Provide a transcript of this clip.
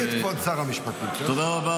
תכבדי פה את שר המשפטים, טוב?